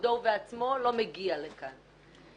בכבודו ובעצמו לא מגיע לכאן.